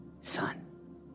son